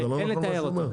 שאין לתאר אותו.